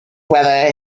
whether